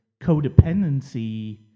codependency